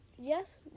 Yes